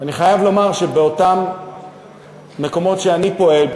ואני חייב לומר שבאותם מקומות שאני פועל,